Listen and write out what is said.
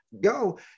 go